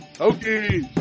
okay